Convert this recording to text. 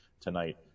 tonight